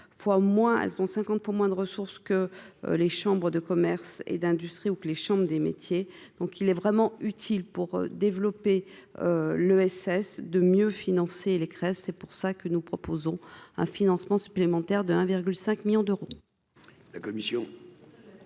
elles ont cinquante pour moins de ressources que les chambres de commerce et d'industrie ou que les chambres des métiers, donc il est vraiment utile pour développer l'ESS de mieux. Financer les crèches, c'est pour ça que nous proposons un financement supplémentaire de 1 virgule 5 millions d'euros.